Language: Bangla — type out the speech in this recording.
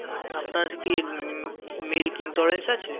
হুম আপনার কি মিল্ক ইনটলারেন্স আছে